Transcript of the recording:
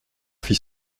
fit